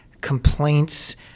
complaints